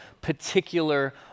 particular